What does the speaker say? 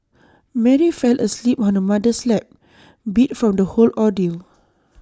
Mary fell asleep on her mother's lap beat from the whole ordeal